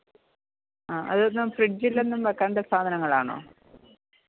അ അതൊന്നും ഫ്രിഡ്ജിലൊന്നും വെക്കണ്ട സാധനങ്ങളാണോ